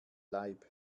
leib